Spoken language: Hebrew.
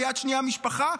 ביד שנייה משפחה,